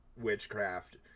witchcraft